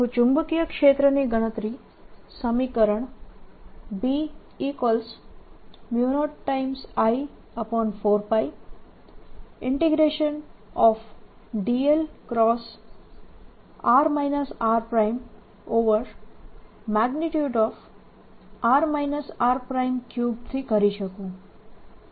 હું ચુંબકીય ક્ષેત્રની ગણતરી સમીકરણ B0I4πdl ×r rr r3 થી કરી શકું